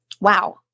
Wow